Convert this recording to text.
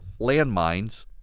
landmines